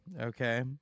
okay